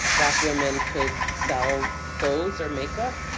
black women could sell clothes or makeup.